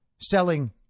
selling